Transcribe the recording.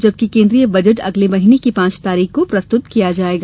जबकि केन्द्रीय बजट अगले महीने की पांच तारीख को प्रस्तुत किया जाएगा